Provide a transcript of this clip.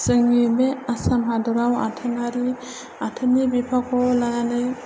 जोंनि बे आसाम हादराव आथोनारि आथोननि बिफावखौ लानानै